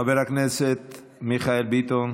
חבר הכנסת מיכאל ביטון.